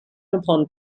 upon